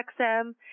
XM